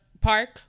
Park